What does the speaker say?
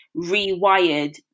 rewired